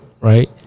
right